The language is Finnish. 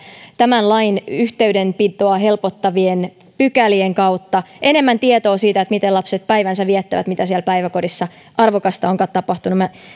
tämän lain yhteydenpitoa helpottavien pykälien kautta enemmän tietoa siitä miten lapset päivänsä viettävät mitä arvokasta siellä päiväkodissa onkaan tapahtunut